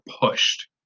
pushed